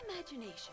imagination